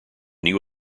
new